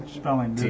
spelling